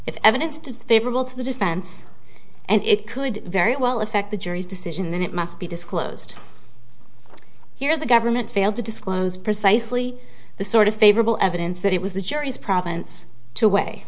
if evidence to favorable to the defense and it could very well affect the jury's decision then it must be disclosed here the government failed to disclose precisely the sort of favorable evidence that it was the jury's province to w